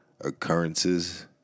occurrences